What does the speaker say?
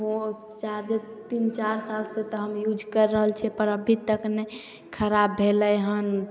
ओ charger तीन चारि साल से तऽ हम यूज करि रहल छियै पर अभी तक नहि खराब भेलयै हन